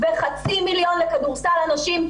וחצי מיליון לכדורסל הנשים,